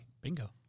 Bingo